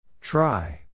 Try